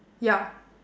yup